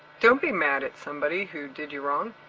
don't be mad at somebody who did you wrong